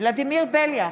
ולדימיר בליאק,